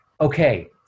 okay